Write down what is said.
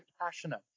passionate